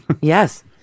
Yes